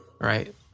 Right